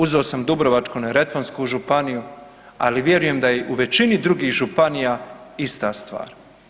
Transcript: Uzeo sam Dubrovačko-neretvansku županija, ali vjerujem da je i u većini drugih županija ista stvar.